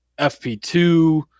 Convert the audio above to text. fp2